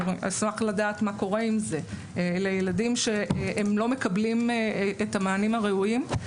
אני אשמח לדעת מה קורה עם זה לילדים שהם לא מקבלים את המענים הראויים.